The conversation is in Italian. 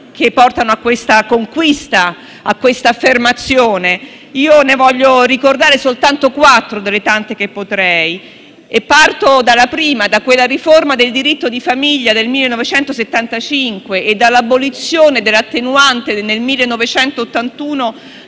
che portano a questa conquista e a questa affermazione. Io ne voglio ricordare soltanto quattro delle tante che potrei. Parto dalla prima, dalla riforma del diritto di famiglia del 1975 e dall'abolizione dal nostro